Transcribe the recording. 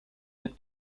mit